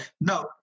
no